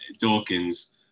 Dawkins